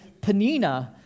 Panina